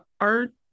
art